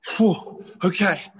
okay